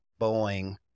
Boeing